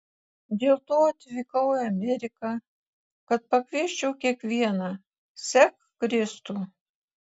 dėl to atvykau į ameriką kad pakviesčiau kiekvieną sek kristų